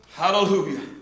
Hallelujah